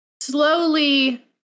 slowly